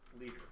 Leader